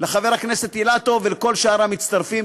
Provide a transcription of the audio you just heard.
לחבר הכנסת אילטוב ולכל שאר המצטרפים.